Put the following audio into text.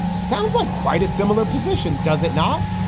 sounds like quite a similar position, does it not?